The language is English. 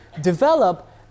develop